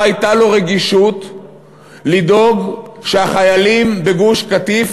לא הייתה לו רגישות לדאוג שהחיילים בגוש-קטיף,